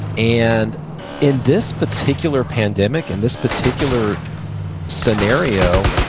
and in this particular pandemic, in this particular scenario,